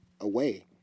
away